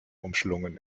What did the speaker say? umschlungen